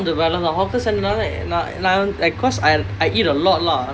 hawker centre நால நான்:naala naan because I I eat a lot lah